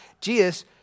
Jesus